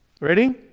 ready